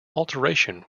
alteration